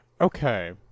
Okay